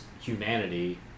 humanity